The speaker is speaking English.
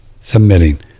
submitting